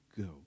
go